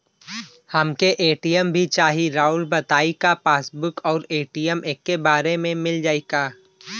हमके ए.टी.एम भी चाही राउर बताई का पासबुक और ए.टी.एम एके बार में मील जाई का?